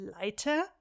lighter